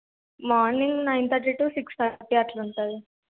morning nine thirty to six thirty అట్లు ఉంటుంది